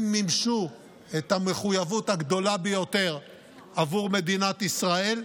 הם מימשו את המחויבות הגדולה ביותר עבור מדינת ישראל,